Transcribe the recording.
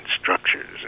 structures